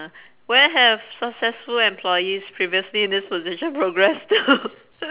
where have successful employees previously in this position progressed to